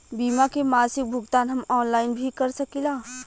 बीमा के मासिक भुगतान हम ऑनलाइन भी कर सकीला?